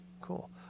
cool